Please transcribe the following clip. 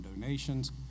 donations